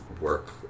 work